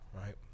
right